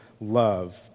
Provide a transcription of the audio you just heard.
love